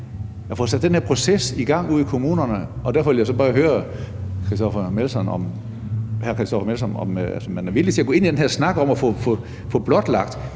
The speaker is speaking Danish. at få sat den her proces i gang ude i kommunerne. Derfor vil jeg bare høre hr. Christoffer Aagaard Melson om, om man er villig til at gå ind i den her snak om at få blotlagt,